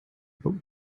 but